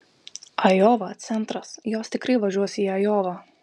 ajova centras jos tikrai važiuos į ajovą